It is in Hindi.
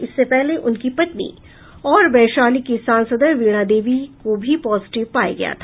इससे पहले उनकी पत्नी और वैशाली की सांसद वीणा देवी को भी पॉजिटिव पाया गया था